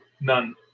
none